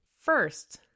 First